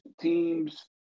teams